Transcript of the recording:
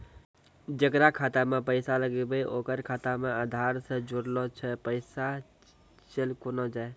जेकरा खाता मैं पैसा लगेबे ओकर खाता मे आधार ने जोड़लऽ छै पैसा चल कोना जाए?